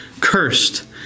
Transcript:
Cursed